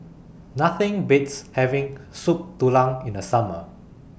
Nothing Beats having Soup Tulang in The Summer